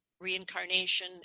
reincarnation